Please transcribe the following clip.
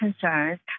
concerns